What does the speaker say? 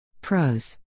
Pros